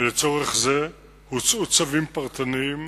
ולצורך זה הוצאו צווים פרטניים